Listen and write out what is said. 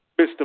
Mr